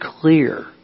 clear